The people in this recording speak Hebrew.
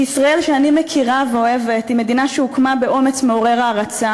ישראל שאני מכירה ואוהבת היא מדינה שהוקמה באומץ מעורר הערצה